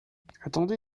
attendez